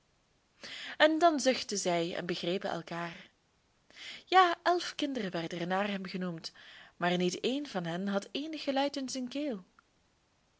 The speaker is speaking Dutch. en dan zuchtten zij en begrepen elkaar ja elf kinderen werden er naar hem genoemd maar niet een van hen had eenig geluid in zijn keel